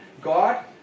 God